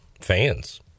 fans